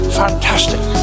fantastic